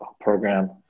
program